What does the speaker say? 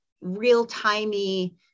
real-timey